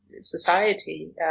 society